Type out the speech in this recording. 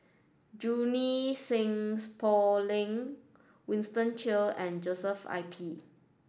Junie Sng Poh Leng Winston Choo and Joshua I P